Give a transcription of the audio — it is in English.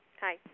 Hi